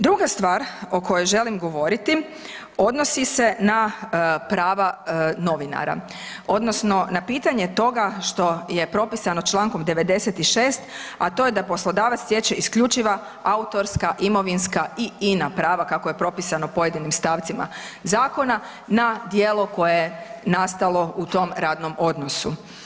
Druga stvar o kojem želim govoriti odnosi se na prava novinara odnosno na pitanje toga što je propisano čl. 96. a to je da poslodavac stječe isključiva autorska, imovinska i ina prava kako je propisano pojedinim stavcima zakona na djelo koje je nastalo u tom radnom odnosu.